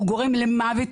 הוא גורם למוות,